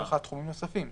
יש לך תחומים נוספים.